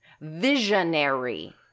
Visionary